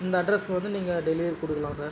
இந்த அட்ரஸுக்கு வந்து நீங்கள் டெலிவரி கொடுக்கலாம் சார்